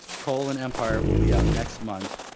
coal and empire will be out next month,